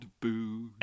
Boo